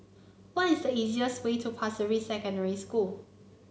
what is the easiest way to Pasir Ris Secondary School